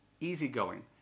easygoing